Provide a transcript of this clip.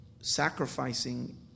sacrificing